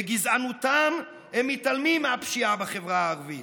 בגזענותם הם מתעלמים מהפשיעה בחברה הערבית,